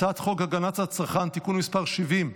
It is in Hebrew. הצעת חוק הגנת הצרכן (תיקון מס' 70)